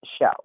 show